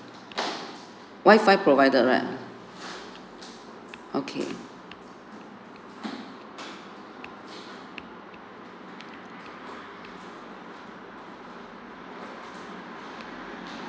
wifi provided right okay